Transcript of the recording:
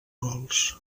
gols